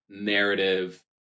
Narrative